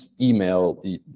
email